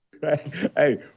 Hey